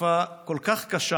בתקופה כל כך קשה